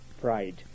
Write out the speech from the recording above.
pride